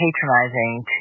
patronizing